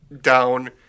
down